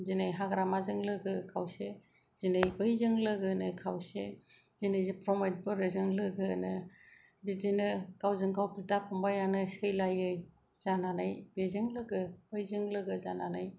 दिनै हाग्रामाजों लोगो खावसे दिनै बैजों लोगोनो खावसे दिनै प्रमद बर'जों लोगोनो बिदिनो गावजों गाव बिदा फंबायानो सैलायै जानानै बेजों लोगो बैजों लोगो जानानै